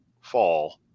fall